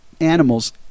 animals